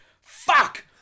Fuck